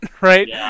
right